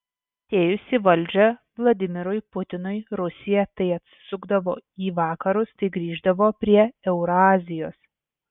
atėjus į valdžią vladimirui putinui rusija tai atsisukdavo į vakarus tai grįždavo prie eurazijos